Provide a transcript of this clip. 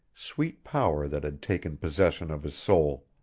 sweet power that had taken possession of his soul.